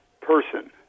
person